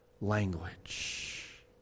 language